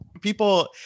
people